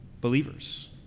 believers